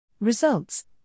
Results